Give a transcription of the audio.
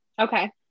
Okay